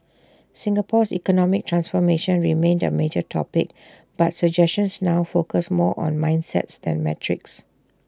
Singapore's economic transformation remained A major topic but suggestions now focused more on mindsets than metrics